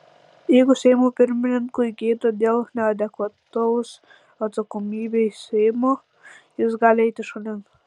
jeigu seimo pirmininkui gėda dėl neadekvataus atsakomybei seimo jis gali eiti šalin